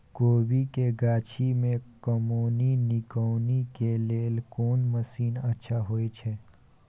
कोबी के गाछी में कमोनी निकौनी के लेल कोन मसीन अच्छा होय छै?